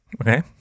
Okay